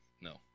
No